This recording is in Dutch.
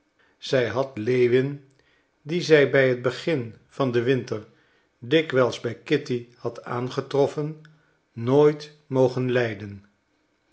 zij had lewin die zij bij het begin van den winter dikwijls bij kitty had aangetroffen nooit mogen lijden